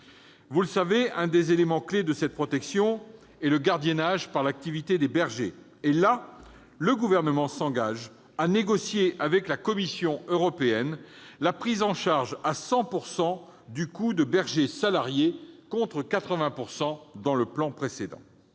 Vous le savez, l'un des éléments clefs de cette protection est le gardiennage par l'activité des bergers. C'est pourquoi le Gouvernement s'engage à négocier avec la Commission européenne la prise en charge à 100 % du coût du berger salarié, contre 80 % dans le plan précédent.